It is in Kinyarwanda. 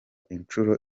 inshuro